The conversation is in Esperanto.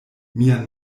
mian